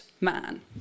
man